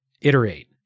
iterate